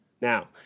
Now